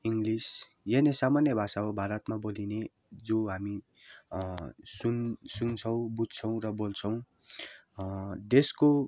English यही नै सामान्य भाषा हो भारतमा बोलिने जो हामी सुन सुन्छौँ बुझ्छौँ र बोल्छौँ देशको